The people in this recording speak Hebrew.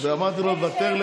ואמרתי לו: תוותר,